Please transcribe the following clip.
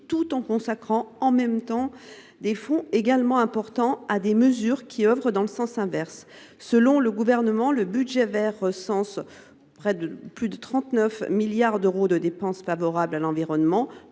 tout en consacrant des fonds également importants à des mesures qui vont dans le sens inverse. Selon le Gouvernement, le budget vert concentre plus de 39 milliards d’euros de dépenses favorables à l’environnement,